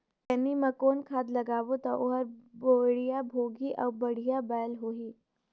खैनी मा कौन खाद लगाबो ता ओहार बेडिया भोगही अउ बढ़िया बैल होही?